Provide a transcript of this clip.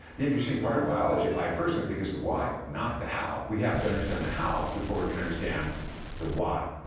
the interesting part of biology, i personally think, is the why, not the how. we have to understand the how before we can the why.